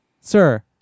Sir